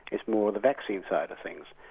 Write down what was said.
it's more the vaccine side of things.